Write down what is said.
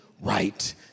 right